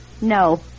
No